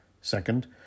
Second